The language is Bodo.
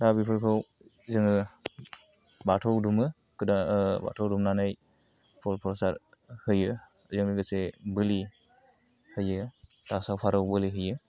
दा बेफोरखौ जोङो बाथौ दुमो गोदो बाथौ दुमनानै फुल फ्रसाद होयो बेजों लोगोसे बोलि होयो दावसा फारौ बोलि होयो